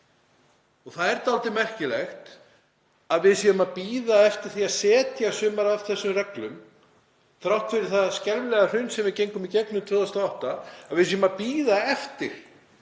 Það er dálítið merkilegt að við séum að bíða eftir því að setja sumar af þessum reglum, þrátt fyrir það skelfilega hrun sem við gengum í gegnum 2008, að við séum að bíða eftir